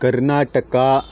Karnataka